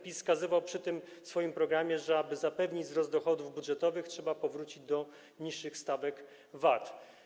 PiS wskazywał w tym swoim programie, że aby zapewnić wzrost dochodów budżetowych, trzeba powrócić do niższych stawek VAT.